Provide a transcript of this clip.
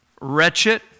wretched